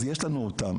אז יש לנו אותם,